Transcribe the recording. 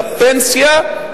לפנסיה.